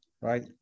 right